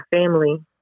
family